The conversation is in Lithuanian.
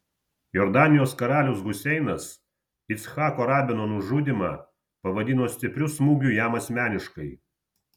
jordanijos karalius huseinas icchako rabino nužudymą pavadino stipriu smūgiu jam asmeniškai